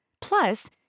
Plus